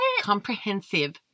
comprehensive